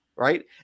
Right